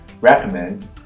recommend